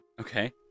Okay